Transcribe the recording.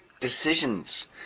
decisions